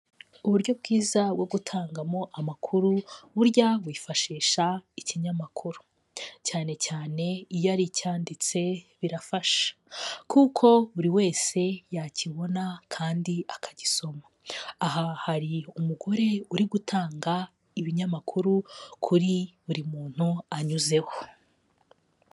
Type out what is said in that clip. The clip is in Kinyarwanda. Uburyo bwiza bwo gutangamo amakuru burya wifashisha ikinyamakuru, cyane cyane iyo ari icyanditse birafasha kuko buri wese yakibona kandi akagisoma, aha hari umugore uri gutanga ibinyamakuru kuri buri muntu anyuzeho.